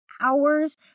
hours